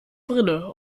brille